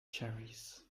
cherries